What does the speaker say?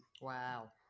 Wow